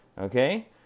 okay